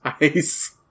Ice